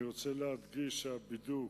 אני רוצה להדגיש שהבידוק